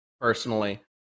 personally